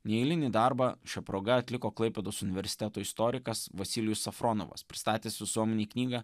neeilinį darbą šia proga atliko klaipėdos universiteto istorikas vasilijus safronovas pristatęs visuomenei knygą